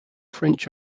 french